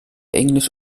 englisch